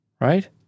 right